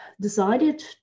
decided